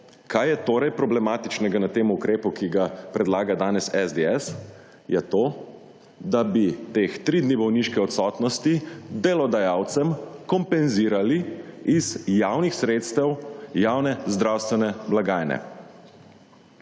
Kaj je torej problematičnega na tem ukrepu, ki ga predlaga danes SDS? Je to, da bi teh tri dni bolniške odsotnosti delodajalcem kompenzirali iz javnih sredstev javne zdravstvene blagajne.